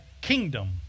kingdom